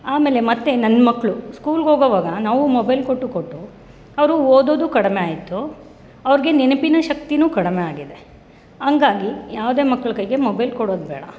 ಆಮೇಲೆ ಮತ್ತೆ ನನ್ನ ಮಕ್ಕಳು ಸ್ಕೂಲ್ಗೆ ಹೋಗೊವಾಗ ನಾವು ಮೊಬೆಲ್ ಕೊಟ್ಟು ಕೊಟ್ಟು ಅವರೂ ಓದೋದು ಕಡಿಮೆ ಆಯಿತು ಅವ್ರಿಗೆ ನೆನಪಿನ ಶಕ್ತಿನೂ ಕಡಿಮೆ ಆಗಿದೆ ಹಾಗಾಗಿ ಯಾವುದೇ ಮಕ್ಕಳ ಕೈಗೆ ಮೊಬೈಲ್ ಕೊಡೋದು ಬೇಡ